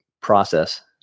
process